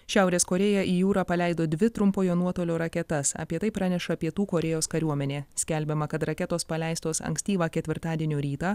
šiaurės korėja į jūrą paleido dvi trumpojo nuotolio raketas apie tai praneša pietų korėjos kariuomenė skelbiama kad raketos paleistos ankstyvą ketvirtadienio rytą